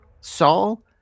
Saul